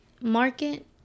market